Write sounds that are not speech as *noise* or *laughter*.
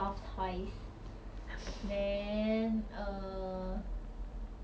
like 这跟我讲话的时候要 like 好好讲 lor cause 他一 like *noise*